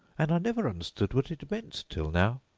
and i never understood what it meant till now